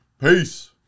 Peace